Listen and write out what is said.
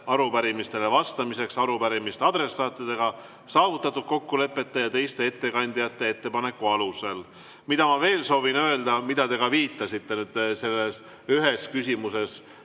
arupärimistele vastamiseks arupärimiste adressaatidega saavutatud kokkulepete ja teiste ettekandjate ettepanekute alusel. Ja veel soovin ma öelda ja ka teie viitasite sellele ühes küsimuses,